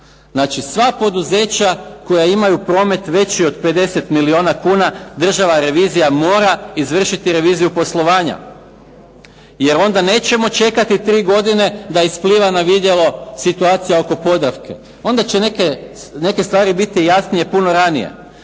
Znači sva poduzeća koja imaju promet veći od 50 milijuna kuna, Državna revizija mora izvršiti reviziju poslovanja. Jer onda nećemo čekati 3 godine da ispliva na vidjelo situacija oko "Podravke". Onda će neke stvari biti jasnije puno ranije.